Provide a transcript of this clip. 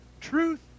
Truth